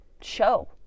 Show